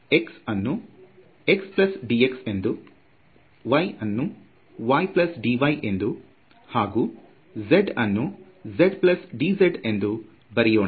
x ಅನ್ನು xdx ಎಂದು y ಅನ್ನು ydy ಎಂದು ಹಾಗೂ z ಅನ್ನು zdz ಎಂದು ಬರೆಯೋಣ